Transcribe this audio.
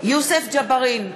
יוסף ג'בארין,